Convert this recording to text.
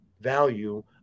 value